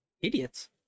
idiots